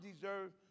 deserve